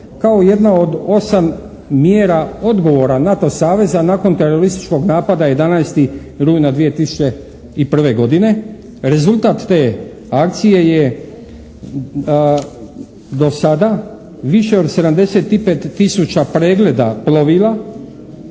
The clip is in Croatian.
kao jedna od osam mjera odgovora NATO saveza nakon terorističkog napada 11. rujna 2001. godine. Rezultat te akcije je dosada više od 75 tisuća pregleda plovila,